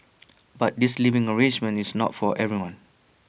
but this living arrangement is not for everyone